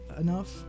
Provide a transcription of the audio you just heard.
enough